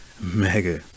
mega